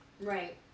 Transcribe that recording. Right